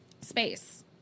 space